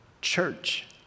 church